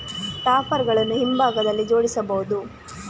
topper ಗಳನ್ನು ಹಿಂಭಾಗದಲ್ಲಿ ಜೋಡಿಸಬಹುದು